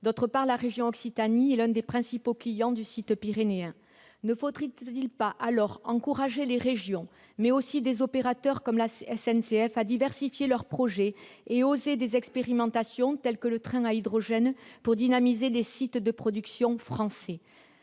ailleurs, la région Occitanie est l'un des principaux clients du site pyrénéen. Ne faudrait-il pas, dès lors, encourager les régions, mais aussi des opérateurs comme la SNCF, à diversifier leurs projets et à oser des expérimentations telles que le train à hydrogène pour dynamiser les sites de production français ?